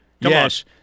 Yes